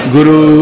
Guru